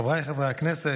חבריי חברי הכנסת,